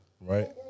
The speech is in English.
Right